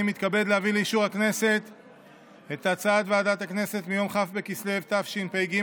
אני מתכבד להביא לאישור הכנסת את הצעת ועדת הכנסת מיום כ' בכסלו התשפ"ב,